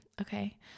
Okay